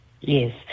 Yes